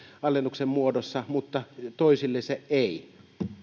alennuksen muodossa mutta toisille ei